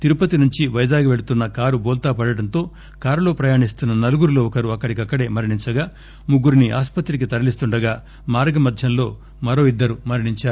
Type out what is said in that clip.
తిరుపతి నుండి వైజాగ్ వెళుతున్న కారు బోల్తాపడడంతో కారులో ప్రయాణిస్తున్న నలుగురిలో ఒకరు అక్కడిక్కడే మృతిచెందగా ముగ్గురిని ఆసుపత్రికి తరలిస్తుండగా మార్గమధ్యలో మరో ఇద్దరు మ్పతి చెందారు